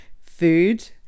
food